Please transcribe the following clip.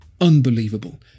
Unbelievable